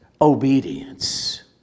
obedience